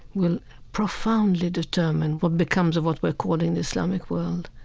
will profoundly determine what becomes of what we're calling islamic world.